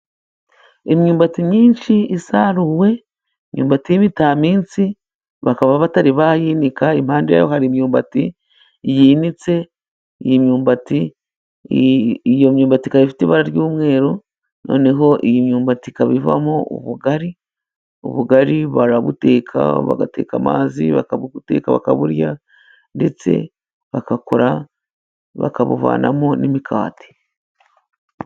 Imyumbati myinshi isaruwe imyumbati y'ibitaminsi bakaba batari bayinika, impande y'aho hari imyumbati yinitse iyi myumbati iyo myumbati ikaba ifite ibara ry'umweru, noneho iyi myumbati ikaba ivamo ubugari. Ubugari barabuteka bagateka amazi bakabuteka bakaburya, ndetse bagakora bakabuvanamo n'imikati.